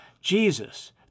Jesus